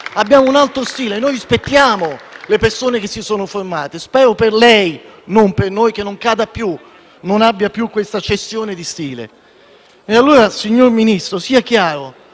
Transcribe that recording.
Abbiamo un altro stile. Noi rispettiamo le persone che si sono formate. Spero per lei, non per noi, che non cada più, che non abbia più questa cessione di stile. Signor Ministro, che sia chiaro: